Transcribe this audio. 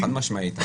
חד-משמעית.